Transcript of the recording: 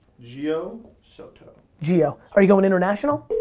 gio soto. gio. are you going international?